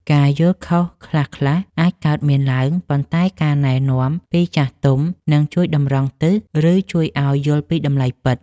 ការយល់ខុសខ្លះៗអាចកើតមានឡើងប៉ុន្តែការណែនាំពីចាស់ទុំនឹងជួយតម្រង់ទិស ឬជួយឱ្យយល់ពីតម្លៃពិត។